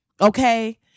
Okay